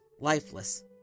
lifeless